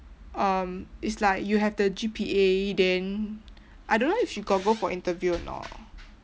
um it's like you have the G_P_A then I don't know if she got go for interview or not